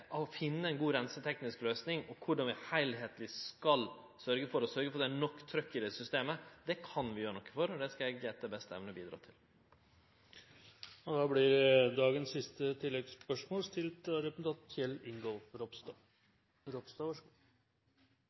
å finne ei god reinseteknisk løysing og korleis vi heilskapleg skal sørgje for at det er nok trykk i systemet, kan vi gjere noko med, og det skal eg etter beste evne bidra til.